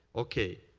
okay,